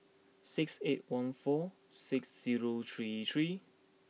six eight one four six zero three three